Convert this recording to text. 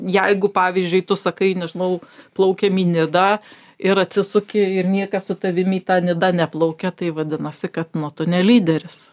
jeigu pavyzdžiui tu sakai nežinau plaukiam į nidą ir atsisuki ir niekas su tavim į tą nidą neplaukia tai vadinasi kad nu tu ne lyderis